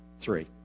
Three